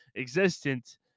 existent